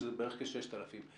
כלומר כ-6,000.